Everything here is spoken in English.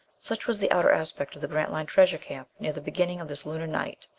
such was the outer aspect of the grantline treasure camp near the beginning of this lunar night,